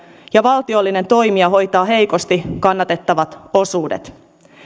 ja valtiollinen toimija hoitaa heikosti kannattavat osuudet